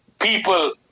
people